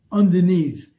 underneath